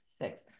six